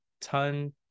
ton